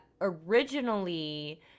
originally